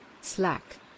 Slack